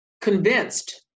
convinced